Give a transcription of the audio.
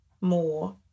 more